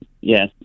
yes